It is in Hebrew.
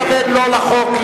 אני מתכוון לא לחוק,